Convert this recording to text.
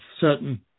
certain